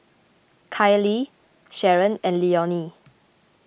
Kylee Sharon and Leonie